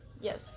yes